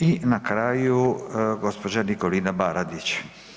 I na kraju gospođa Nikolina Baradić.